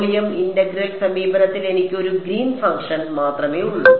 volume integral സമീപനത്തിൽ എനിക്ക് ഒരു ഗ്രീൻ ഫംഗ്ഷൻ മാത്രമേ ഉള്ളൂ